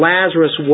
Lazarus